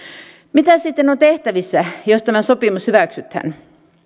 mitä sitten on tehtävissä jos tämä sopimus hyväksytään